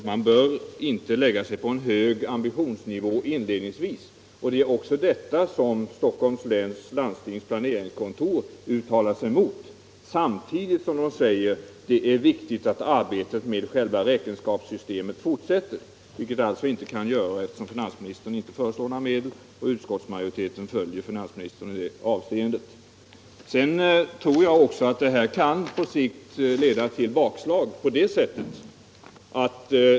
Man bör inte lägga sig på en hög ambitionsnivå inledningsvis. Det är också detta som Stockholms läns landstings planeringskontor uttalar sig mot, samtidigt som man säger att det är viktigt att arbetet med själva räkenskapssystemet fortsätter — vilket det alltså inte kan göra, eftersom finansministern inte föreslår några medel. Utskottsmajoriteten följer ju finansministern i det avseendet. Sedan tror jag också att detta på sikt kan leda till bakslag.